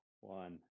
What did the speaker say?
one